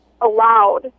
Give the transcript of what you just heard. allowed